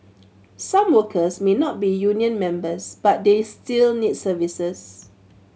some workers may not be union members but they still need services